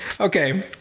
okay